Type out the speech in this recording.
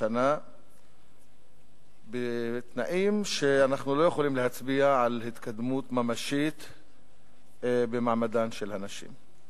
השנה בתנאים שאנחנו לא יכולים להצביע על התקדמות ממשית במעמדן של הנשים.